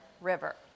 River